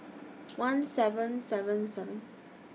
one seven seven seven